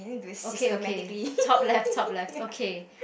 okay okay top left top left okay